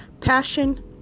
Passion